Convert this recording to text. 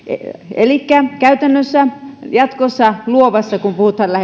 elikkä käytännössä jatkossa luovassa kun puhutaan